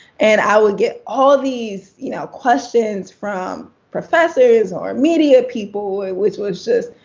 and i'd get all these you know questions from professors, or media people, which was just,